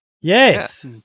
Yes